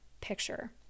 picture